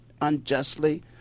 unjustly